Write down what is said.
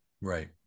Right